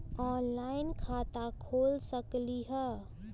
Online खाता खोल सकलीह?